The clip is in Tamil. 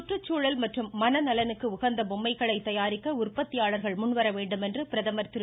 கற்றுசூழல் மற்றும் மனநலனுக்கு உகந்த பொம்மைகளை தயாரிக்க உற்பத்தியாளர்கள் முன்வர வேண்டும் என்று பிரதமர் திரு